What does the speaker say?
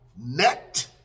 Net